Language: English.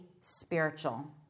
spiritual